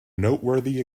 noteworthy